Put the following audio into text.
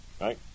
right